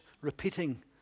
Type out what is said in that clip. repeating